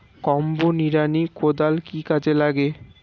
Combo নিড়ানি কোদাল কি কাজে লাগে?